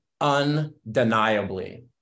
undeniably